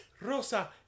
Rosa